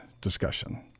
discussion